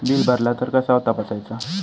Bill भरला तर कसा तपसायचा?